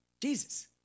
Jesus